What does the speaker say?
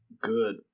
good